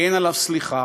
אין עליו סליחה,